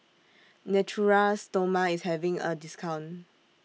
Natura Stoma IS having A discount